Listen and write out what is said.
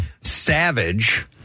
Savage